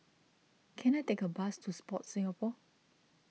can I take a bus to Sport Singapore